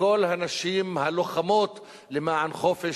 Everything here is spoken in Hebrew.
לכל הנשים הלוחמות למען חופש,